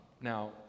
Now